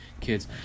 kids